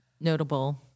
notable